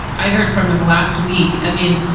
i heard from him last week. i mean,